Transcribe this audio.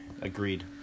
Agreed